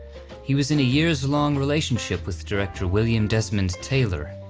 he was in a years long relationship with director william desmond taylor,